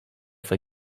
for